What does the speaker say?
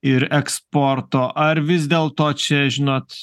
ir eksporto ar vis dėlto čia žinot